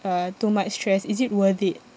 uh too much stress is it worth it